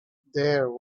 there